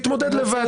תתמודד לבד.